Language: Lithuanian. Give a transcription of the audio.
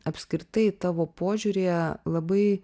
apskritai tavo požiūryje labai